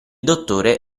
dottore